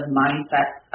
mindsets